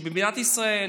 שבמדינת ישראל